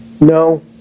No